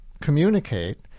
communicate